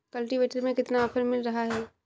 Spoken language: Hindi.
कल्टीवेटर में कितना ऑफर मिल रहा है?